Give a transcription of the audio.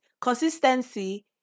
consistency